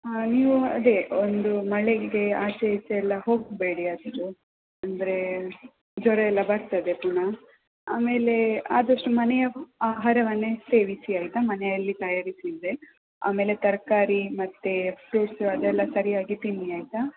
ಹಾಂ ನೀವು ಅದೆ ಒಂದು ಮಳೆಗೆ ಆಚೆ ಈಚೆ ಎಲ್ಲ ಹೋಗಬೇಡಿ ಅಷ್ಟು ಅಂದರೆ ಜ್ವರ ಎಲ್ಲ ಬರ್ತದೆ ಪುನಃ ಆಮೇಲೆ ಆದಷ್ಟು ಮನೆಯ ಆಹಾರವನ್ನೇ ಸೇವಿಸಿ ಆಯಿತಾ ಮನೆಯಲ್ಲಿ ತಯಾರಿಸಿದ್ದೇ ಆಮೇಲೆ ತರಕಾರಿ ಮತ್ತು ಫ್ರೂಟ್ಸ್ ಅದೆಲ್ಲ ಸರಿಯಾಗಿ ತಿನ್ನಿ ಆಯಿತಾ